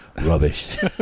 rubbish